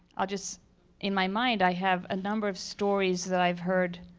i'll just in my mind, i have a number of stories that i've heard,